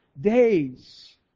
days